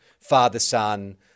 father-son